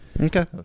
Okay